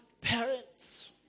parents